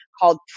called